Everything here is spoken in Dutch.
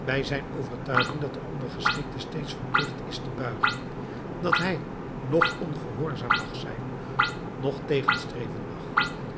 bij zijn overtuiging dat de ondergeschikte steeds verplicht is te buigen dat hij noch ongehoorzaam mag zijn noch tegenstreven mag